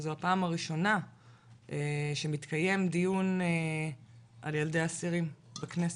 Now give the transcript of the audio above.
שזו הפעם הראשונה שמתקיים דיון על ילדי האסירים בכנסת,